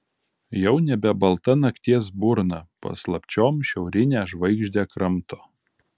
jau nebe balta nakties burna paslapčiom šiaurinę žvaigždę kramto